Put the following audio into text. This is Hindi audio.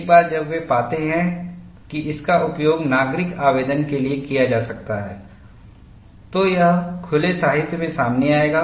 एक बार जब वे पाते हैं कि इसका उपयोग नागरिक आवेदन के लिए किया जा सकता है तो यह खुले साहित्य में सामने आएगा